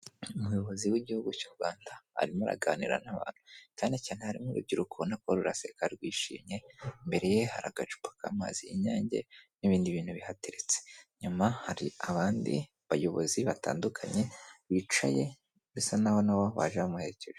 Umuyobozi w'igihugu cy'u Rwanda arimo araganira n'abantu, cyane cyane harimo urubyiruko ubona ko ruraseka rwishimye, imbere ye hari agacupa k'amazi y'inyange n'ibindi bintu bihateretse nyuma hari abandi bayobozi batandukanye bicaye bisa naho nabo baje bamuherekeje.